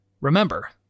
Remember